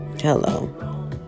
Hello